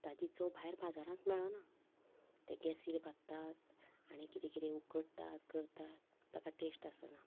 ताची चव भायर बाजारांत मेळना ते केसले भाजतात आनी कितें कितें उकडटात करतात ताका टेस्ट आसना